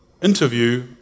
interview